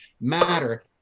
matter